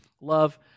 love